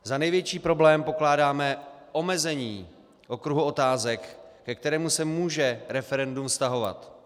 Za největší problém pokládáme omezení okruhu otázek, ke kterému se může referendum vztahovat.